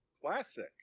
Classic